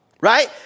Right